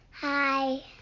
Hi